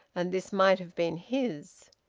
and this might have been his,